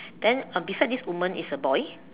then uh beside this woman is a boy